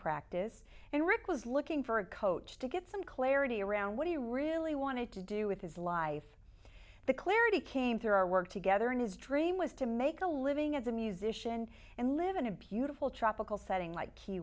practice and rick was looking for a coach to get some clarity around what he really wanted to do with his life the clarity came through our work together and his dream was to make a living as a musician and live in a beautiful tropical setting like key